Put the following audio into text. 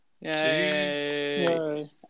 Yay